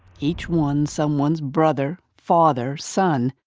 each one someone's brother, father, son.